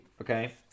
Okay